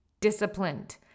disciplined